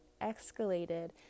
escalated